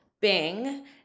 Bing